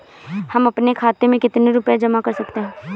हम अपने खाते में कितनी रूपए जमा कर सकते हैं?